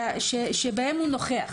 שבהם הוא נוכח,